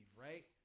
right